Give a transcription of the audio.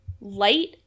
light